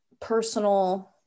personal